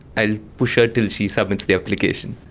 i'll push her until she submits the application.